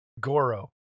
Goro